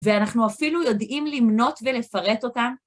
ואנחנו אפילו יודעים למנות ולפרט אותם.